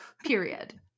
Period